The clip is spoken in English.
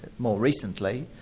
more recently,